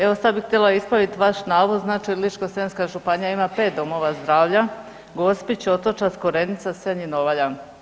Evo sad bih htjela ispraviti vaš navod, znači od Ličko-senjska županija ima 5 domova zdravlja, Gospić, Otočac, Korenica, Senj i Novalja.